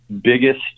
biggest